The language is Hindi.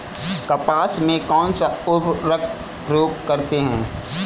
कपास में कौनसा उर्वरक प्रयोग करते हैं?